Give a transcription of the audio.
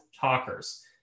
talkers